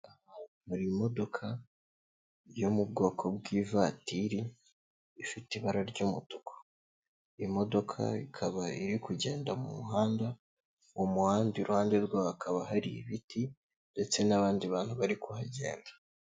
Imodoka yo mu bwoko bw'ivatiri ifite ibara ry'umutuku, iyo modoka ikaba iri kugenda mu muhanda, uwo muhanda iruhande rwawo hakaba hari ibiti ndetse n'abandi bantu bari kuhagenda.